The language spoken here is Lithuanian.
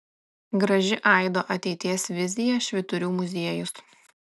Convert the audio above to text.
graži aido ateities vizija švyturių muziejus